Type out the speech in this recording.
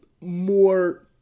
more